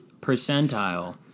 percentile